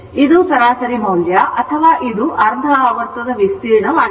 ಇದು ಸರಾಸರಿ ಮೌಲ್ಯ ಅಥವಾ ಇದು ಅರ್ಧ ಆವರ್ತದ ವಿಸ್ತೀರ್ಣ ಆಗಿರುತ್ತದೆ